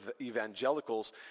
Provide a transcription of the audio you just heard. evangelicals